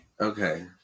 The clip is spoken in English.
Okay